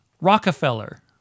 Rockefeller